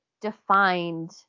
defined